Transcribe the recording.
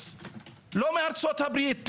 לא מארצות הברית,